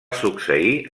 succeir